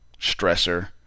stressor